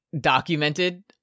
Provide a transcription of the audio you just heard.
documented